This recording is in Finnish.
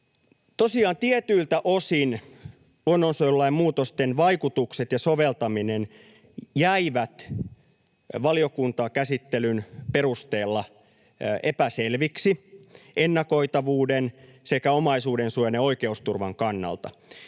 tietyiltä osin luonnonsuojelulain muutosten vaikutukset ja soveltaminen jäivät valiokuntakäsittelyn perusteella epäselviksi ennakoitavuuden sekä omaisuudensuojan ja oikeusturvan kannalta.